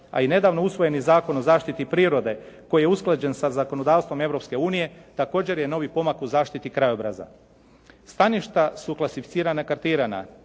a i nedavno usvojeni Zakon o zaštiti prirode koji je usklađen sa zakonodavstvom Europske unije, također je novi pomak u zaštiti krajobraza. Staništa su klasificirana i kartirana.